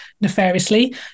nefariously